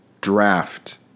draft